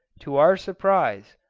to our surprise,